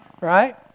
right